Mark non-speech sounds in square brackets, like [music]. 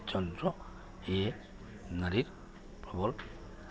[unintelligible]